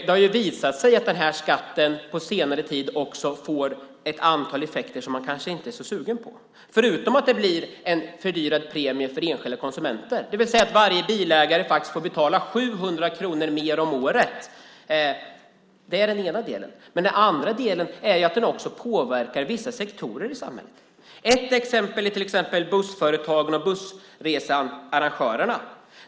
Det har visat sig att den här skatten på senare tid får ett antal effekter som man kanske inte är så sugen på, förutom att det blir en fördyrad premie för enskilda konsumenter. Varje bilägare får faktiskt betala 700 kronor mer om året. Det är den ena delen. Den andra delen är att den också påverkar vissa sektorer i samhället. Ett exempel är bussföretagen och bussresearrangörerna.